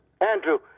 Andrew